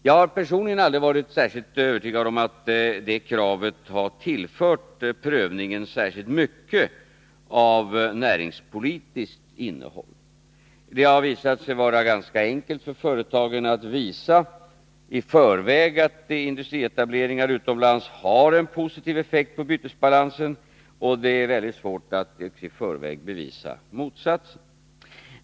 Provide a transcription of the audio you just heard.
Jag har personligen aldrig varit övertygad om att det här kravet har tillfört prövningen särskilt mycket av näringspolitiskt innehåll. Det har visat sig vara ganska enkelt för företagen att i förväg visa att industrietableringar utomlands får en positiv effekt på bytesbalansen, och det har varit svårt att bevisa motsatsen.